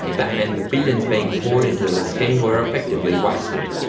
that meant the billions being poured into the scheme were effectively wasted.